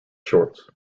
shorts